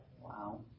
Wow